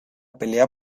pelea